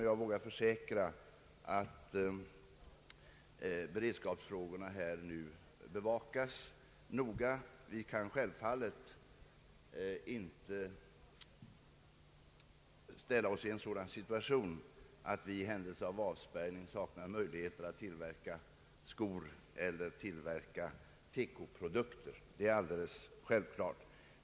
Jag vågar försäkra att beredskapsfrågorna bevakas noga. Vi kan självfallet inte försätta oss i en sådan situation att vi i händelse av avspärrning saknar möjlighet inom landet att tillverka skor eller TEKO-produkter.